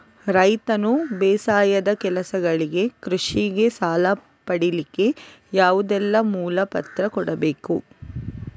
ರೈತನು ಬೇಸಾಯದ ಕೆಲಸಗಳಿಗೆ, ಕೃಷಿಗೆ ಸಾಲ ಪಡಿಲಿಕ್ಕೆ ಯಾವುದೆಲ್ಲ ಮೂಲ ಪತ್ರ ಕೊಡ್ಬೇಕು?